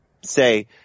say